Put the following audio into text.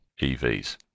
EVs